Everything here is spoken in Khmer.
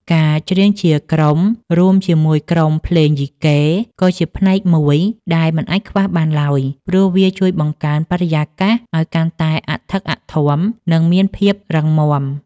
ការច្រៀងជាក្រុមរួមជាមួយក្រុមភ្លេងយីកេ ក៏ជាផ្នែកមួយដែលមិនអាចខ្វះបានឡើយ ព្រោះវាជួយបង្កើនបរិយាកាសឱ្យកាន់តែអធិកអធម និងមានភាពរឹងមាំ។